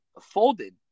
folded